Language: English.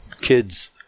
kids